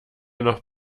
noch